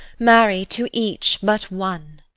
marry, to each but one!